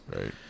Right